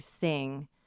sing